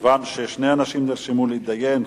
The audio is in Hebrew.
כיוון ששני אנשים נרשמו להידיין,